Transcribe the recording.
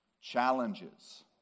Challenges